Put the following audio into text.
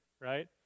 right